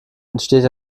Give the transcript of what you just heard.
entsteht